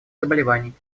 заболеваний